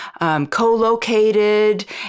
co-located